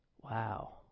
wow